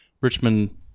Richmond